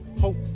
hope